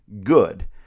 good